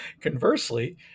conversely